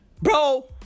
Bro